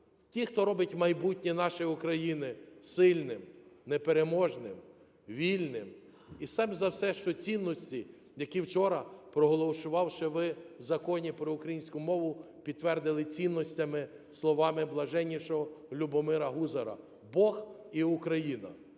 тих, хто робить майбутнє нашої України сильним, непереможним, вільним, і перш за все, що цінності, які, вчора проголосувавши, ви у Законі про українську мову, підтвердили цінностями, словами Блаженнішого Любомира Гузара: "Бог і Україна,